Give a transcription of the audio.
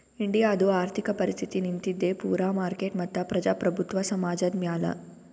ಇಂಡಿಯಾದು ಆರ್ಥಿಕ ಪರಿಸ್ಥಿತಿ ನಿಂತಿದ್ದೆ ಪೂರಾ ಮಾರ್ಕೆಟ್ ಮತ್ತ ಪ್ರಜಾಪ್ರಭುತ್ವ ಸಮಾಜದ್ ಮ್ಯಾಲ